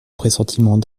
pressentiment